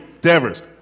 Devers